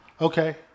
Okay